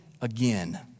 again